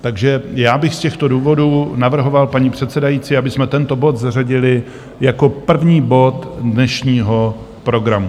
Takže já bych z těchto důvodů navrhoval, paní předsedající, abychom tento bod zařadili jako první bod dnešního programu.